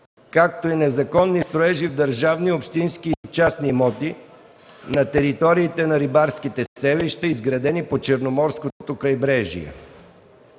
както и незаконни строежи в държавни, общински и частни имоти на териториите на рибарските селища, изградени по Черноморското крайбрежие